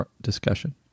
discussion